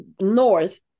north